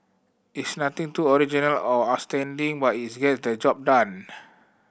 it's nothing too original or outstanding but its get the job done